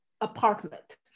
apartment